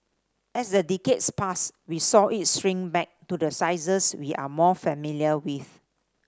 as the decades passed we saw it shrink back to the sizes we are more familiar with